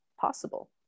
possible